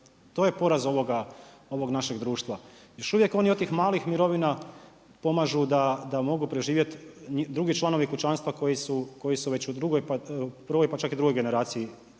To je poraz ovoga našeg društva. Još uvijek oni od tih malih mirovina pomažu da mogu preživjeti drugi članovi kućanstva koji su već u drugoj, pa prvoj, čak i u drugoj generaciji